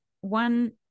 one